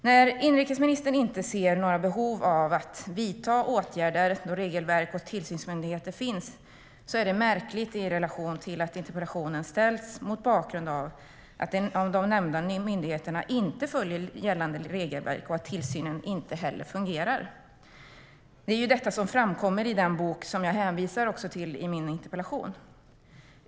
Att inrikesministern inte ser några behov av att vidta åtgärder, då regelverk och tillsynsmyndigheter finns, är märkligt i relation till att interpellationen ställs mot bakgrund av att de nämnda myndigheterna inte följer gällande regelverk och att tillsynen inte heller fungerar. Det är detta som framkommer i den bok som jag hänvisar till i min interpellation.